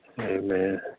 Amen